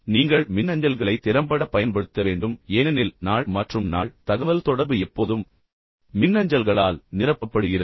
நீங்கள் மின்னஞ்சல்களை திறம்பட பயன்படுத்த வேண்டும் ஏனெனில் நாள் மற்றும் நாள் தகவல்தொடர்பு எப்போதும் மின்னஞ்சல்களால் நிரப்பப்படுகிறது